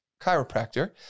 chiropractor